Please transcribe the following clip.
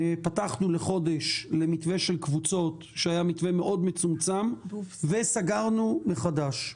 פתחנו לחודש למתווה של קבוצות שהיה מתווה מאוד מצומצם וסגרנו מחדש.